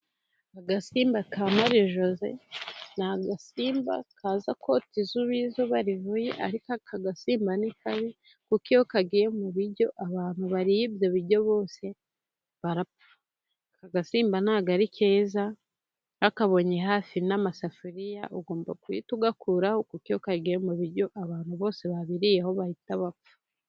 Agasimba ka Mari joze ni agasimba kaza kota izuba iyo rivuye, ariko aka gasimba ni kabi, kuko iyo kagiye mu biryo abantu bariye ibyo biryo bose barapfa. Aka gasimba nta bwo ari keza, wakabonye hafi n'amasafuriya ugomba guhita ugakuraho kuko iyo kagiye mu biryo, abantu bose babiriyeho bahita bapfa.